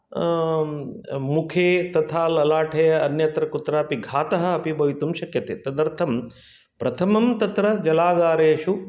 मुखे ललाटे तथा अन्यत्र कुत्रापि घातः भवितुं शक्यते तदर्थं प्रथमं तत्र जलागारेषु